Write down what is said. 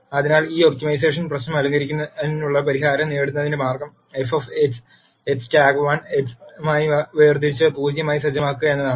അതിനാൽ ഈ ഒപ്റ്റിമൈസേഷൻ പ്രശ്നം അലങ്കരിക്കാനുള്ള പരിഹാരം നേടുന്നതിനുള്ള മാർഗം f x TAG1 x മായി വേർതിരിച്ച് 0 ആയി സജ്ജമാക്കുക എന്നതാണ്